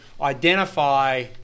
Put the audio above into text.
identify